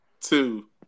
Two